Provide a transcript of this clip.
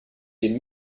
dem